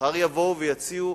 מחר יבואו ויציעו,